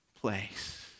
place